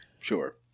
Sure